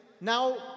now